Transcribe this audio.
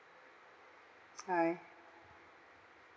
hi